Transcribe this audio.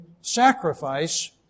sacrifice